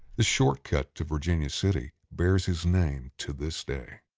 the shortcut to virginia city bears his name to this day.